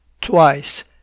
twice